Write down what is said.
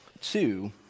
Two